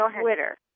Twitter